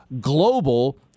global